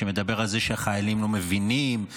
שמדבר על זה שהחיילים לא מבינים,